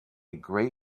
gray